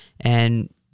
And-